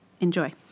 enjoy